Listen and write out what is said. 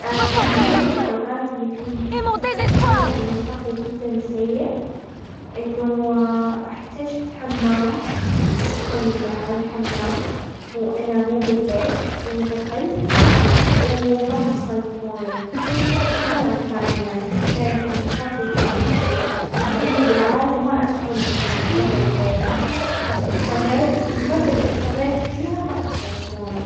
من ضمن الاوقات اللي كنت حسيت فيها انه حظي جدا سيء انه احتجت حمام، ادخل عالحمام، وانا مو بالبيت، ،ودخلت، وما حصلت موية. كان يعني حسيت انه حظي جدا سئ ،لاني بالعادة ما ادخل برا البيت بس اضطريت .وبالمرة اللي اضطريت فيها ما حصلت موية